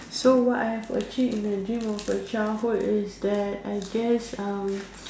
so what I have achieved in the dream of a childhood is that I guess uh